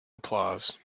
applause